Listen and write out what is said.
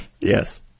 Yes